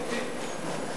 התשע"א 2010,